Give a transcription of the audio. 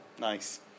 nice